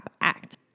Act